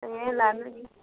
ए लानु नि